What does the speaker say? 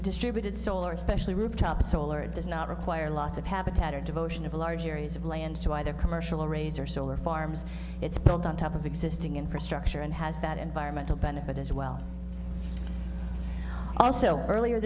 distributed solar especially rooftop solar does not require loss of habitat or devotion of large areas of land to either commercial arrays or solar farms it's built on top of existing infrastructure and has that environmental benefit as well also earlier